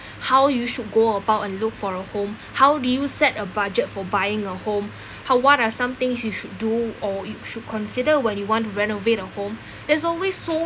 how you should go about and look for a home how do you set a budget for buying a home how what are some things you should do or you should consider when you want to renovate at home there's always so